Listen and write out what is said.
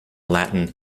latin